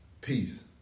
Peace